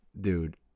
dude